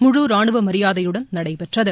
முழு ராணுவ மரியாதையுடன் நடைபெற்றது